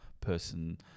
person